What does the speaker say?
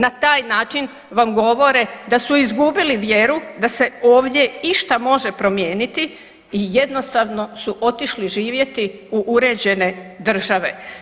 Na taj način vam govore da su izgubili vjeru da se ovdje išta može promijeniti i jednostavno su otišli živjeti u uređene države.